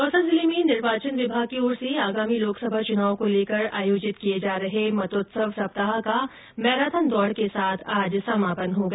दौसा जिले में निर्वाचन विभाग की ओर से आगामी लोकसभा चुनाव को लेकर आयोजित किए जा रहे मत उत्सव सप्ताह का मैराथन दौड़ के साथ आज समापन हो गया